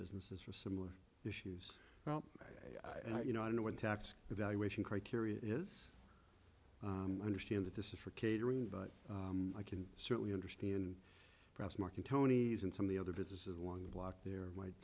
businesses for similar issues well you know i don't know what tax evaluation criteria is understand that this is for catering but i can certainly understand perhaps marking tony's and some of the other businesses along the block there might